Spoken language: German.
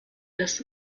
das